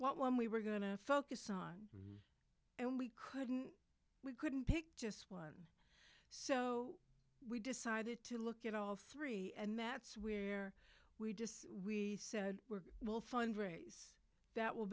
one we were going to focus on and we couldn't we couldn't pick just one so we decided to look at all three and mats where we just we said we're will fund raise that will